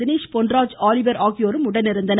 Dinesh Ponraj Oliver ஆகியோர் உடனிருந்தனர்